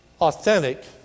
authentic